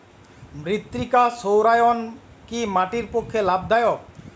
মৃত্তিকা সৌরায়ন কি মাটির পক্ষে লাভদায়ক?